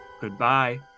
Goodbye